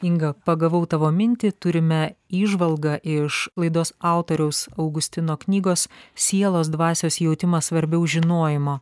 inga pagavau tavo mintį turime įžvalgą iš laidos autoriaus augustino knygos sielos dvasios jautimas svarbiau žinojimo